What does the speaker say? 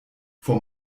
vor